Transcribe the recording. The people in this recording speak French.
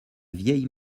vieilles